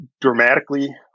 dramatically